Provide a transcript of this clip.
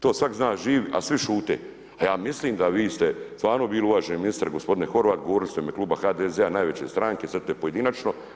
To svak zna živ, a svi šute, a ja mislim da vi ste stvarno bili uvaženi ministar, gospodine Horvat, govorili ste u ime Kluba HDZ-a, najveće stranke, sad ste pojedinačno.